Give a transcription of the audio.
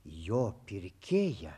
jo pirkėja